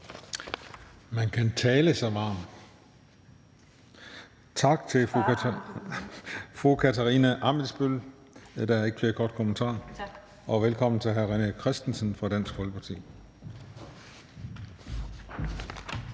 Man kan tale sig varm. Tak til fru Katarina Ammitzbøll. Der er ikke flere korte bemærkninger. Velkommen til hr. René Christensen fra Dansk Folkeparti.